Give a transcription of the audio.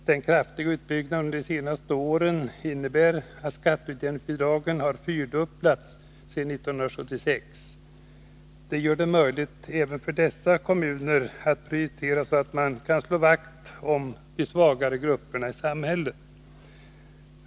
Den kraftiga utbyggnaden under de senaste åren innebär att skatteutjämningsbidragen har fyrdubblats sedan år 1976. Detta gör det möjligt även för dessa kommuner att prioritera så att man kan slå vakt om svaga grupper i samhället.